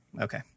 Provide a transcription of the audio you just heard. Okay